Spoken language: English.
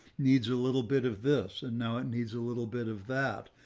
needs a little bit of this. and now it needs a little bit of that.